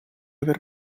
aver